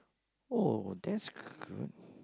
oh that's good